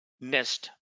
nest